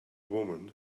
woman